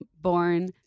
born